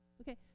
Okay